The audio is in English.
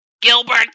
Gilbert